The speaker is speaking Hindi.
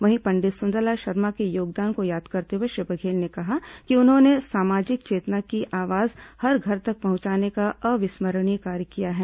वहीं पंडित सुंदरलाल शर्मा के योगदान को याद करते हुए श्री बघेल ने कहा कि उन्होंने सामाजिक चेतना की आवाज हर घर तक पहुंचाने का अविस्मरणीय कार्य किया है